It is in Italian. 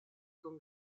con